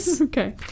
Okay